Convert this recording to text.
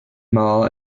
mall